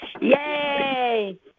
Yay